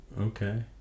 okay